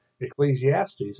Ecclesiastes